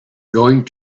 going